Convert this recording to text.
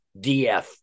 DF